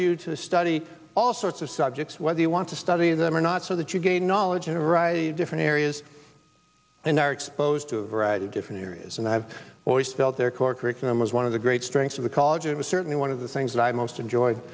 you to study all sorts of subjects whether you want to study them or not so that you gain knowledge in a variety of different areas and are exposed to a variety of different areas and i have always felt their core curriculum was one of the great strengths of the college it was certainly one of the things that i most enjoy